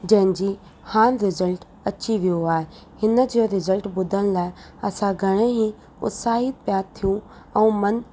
जंहिंजी हाण रिजल्ट अची वियो आहे हिन जे रिजल्ट ॿुधण लाइ असां घणेई उत्साहित पिया थियूं ऐं मनु